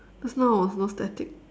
just now was no static